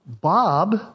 Bob